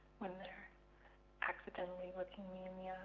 when they're accidentally looking me in the